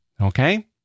Okay